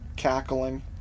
cackling